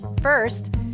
First